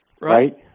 right